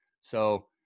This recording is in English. So-